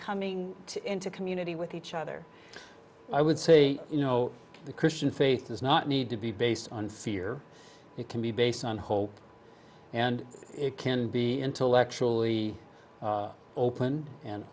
coming into community with each other i would say you know the christian faith does not need to be based on fear it can be based on hope and it can be intellectually open and